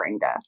death